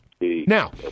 Now